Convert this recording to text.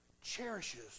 cherishes